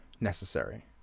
necessary